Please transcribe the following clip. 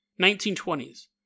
1920s